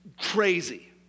crazy